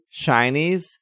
Shinies